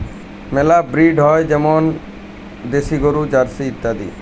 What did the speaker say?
মেলা ব্রিড হ্যয় যেমল দেশি গরু, জার্সি ইত্যাদি